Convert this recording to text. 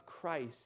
Christ